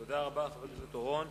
תודה רבה לחבר הכנסת אורון.